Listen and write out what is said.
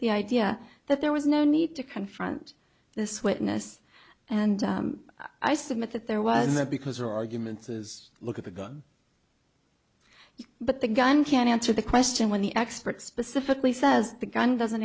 the idea that there was no need to confront this witness and i submit that there was a because her argument says look at the gun but the gun can't answer the question when the expert specifically says the gun doesn't